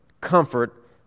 comfort